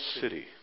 city